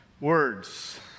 Words